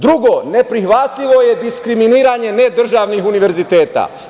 Drugo, neprihvatljivo je diskriminisanje nedržavnih univerziteta.